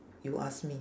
you ask me